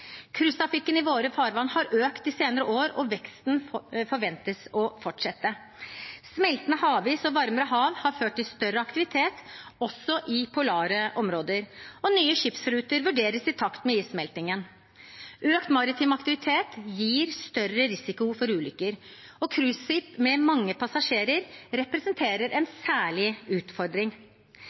i våre farvann har økt de senere år, og veksten forventes å fortsette. Smeltende havis og varmere hav har ført til større aktivitet også i polare områder, og nye skipsruter vurderes i takt med issmeltingen. Økt maritim aktivitet gir større risiko for ulykker, og cruiseskip med mange passasjerer representerer en særlig utfordring.